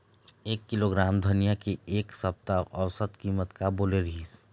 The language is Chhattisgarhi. एक किलोग्राम धनिया के एक सप्ता औसत कीमत का बोले रीहिस?